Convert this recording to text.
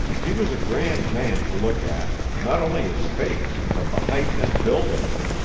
he was a grand man to look at, not only his face but the height and build of him,